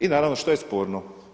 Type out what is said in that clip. I naravno što je sporno?